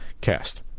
cast